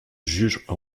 juge